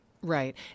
Right